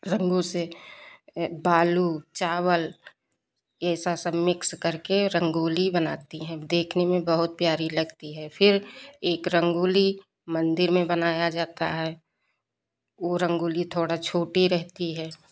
रंगो से बालू चावल ऐसा सब मिक्स करके रंगोली बनाती हैं देखने में बहुत प्यारी लगती है फिर एक रंगोली मंदिर में बनाया जाता है ओ रंगोली थोड़ा छोटी रहती है